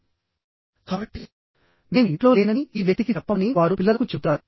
కాబట్టి నేను ఇంట్లో లేనని ఈ వ్యక్తికి చెప్పమని వారు పిల్లలకు చెబుతారు